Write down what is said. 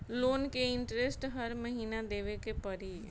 Loan के interest हर महीना देवे के पड़ी?